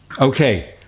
Okay